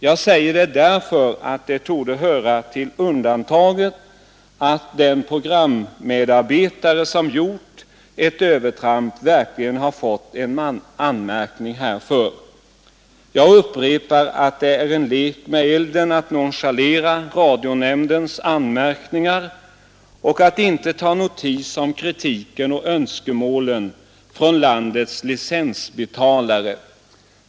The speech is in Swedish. Jag säger det därför att det torde höra till undantagen att den programmedarbetare som gjort ett övertramp verkligen har fått en anmärkning härför. Jag upprepar att det är en lek med elden att nonchalera radionämndens anmärkningar och att inte ta notis om kritiken och önskemålen från landets licensbetalare.